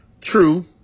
True